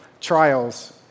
trials